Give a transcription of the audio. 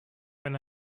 when